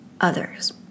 others